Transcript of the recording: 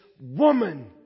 Woman